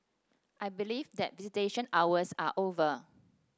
I believe that visitation hours are over